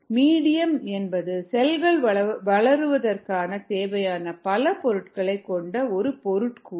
medium என்பது செல்கள் வளர்வதற்குத் தேவையான பல பொருட்களை கொண்ட ஒரு பொருட்கூறு